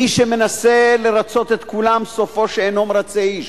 מי שמנסה לרצות את כולם, סופו שאינו מרצה איש.